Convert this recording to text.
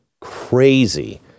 crazy